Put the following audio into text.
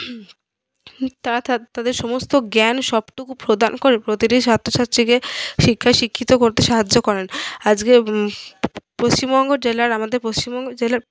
তারা তাদের সমস্ত জ্ঞান সবটুকু প্রদান করে প্রতিটি ছাত্রছাত্রীকে শিক্ষায় শিক্ষিত করতে সাহায্য করেন আজকে পশ্চিমবঙ্গ জেলার আমাদের পশ্চিমবঙ্গ জেলার